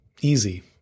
easy